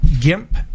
GIMP